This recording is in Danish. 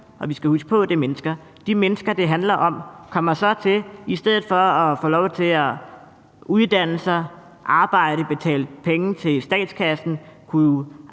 og vi skal huske på, at det er mennesker – i stedet for at få lov til at uddanne sig, arbejde, betale penge til statskassen, være